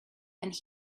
and